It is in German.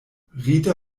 rita